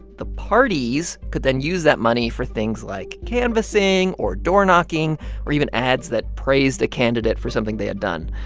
the parties could then use that money for things like canvassing or door-knocking or even ads that praised a candidate for something they had done.